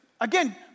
again